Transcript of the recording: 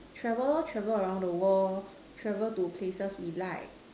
travel travel around the world travel to places we like